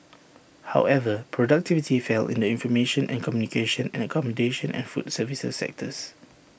however productivity fell in the information and communications and accommodation and food services sectors